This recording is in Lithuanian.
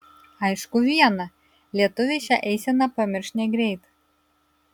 aišku viena lietuviai šią eiseną pamirš negreit